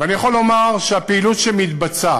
ואני יכול לומר שהפעילות שמתבצעת